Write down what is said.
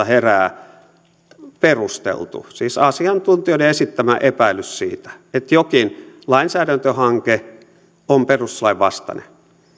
herää perusteltu siis asiantuntijoiden esittämä epäilys siitä että jokin lainsäädäntöhanke on perustuslain vastainen